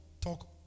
talk